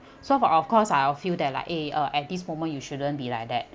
so for of course ah I will feel they like eh at this moment you shouldn't be like that